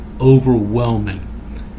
overwhelming